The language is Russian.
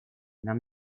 нам